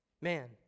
Man